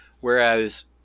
Whereas